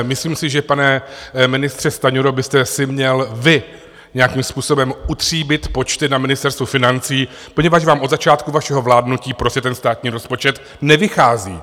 Myslím si, pane ministře Stanjuro, že byste si měl nějakým způsobem utříbit počty na Ministerstvu financí, poněvadž vám od začátku vašeho vládnutí prostě ten státní rozpočet nevychází.